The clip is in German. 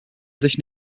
sich